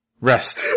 rest